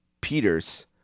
Peters